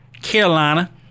Carolina